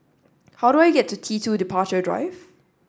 how do I get to T two Departure Drive